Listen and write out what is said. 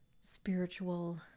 spiritual